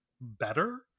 better